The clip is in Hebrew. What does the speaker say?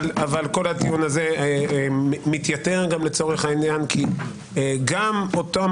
אבל כל מתייתר לצורך העניין כי גם אותם